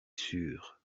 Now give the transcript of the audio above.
sûre